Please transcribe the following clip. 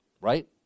Right